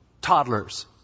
toddlers